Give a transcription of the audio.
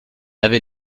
laver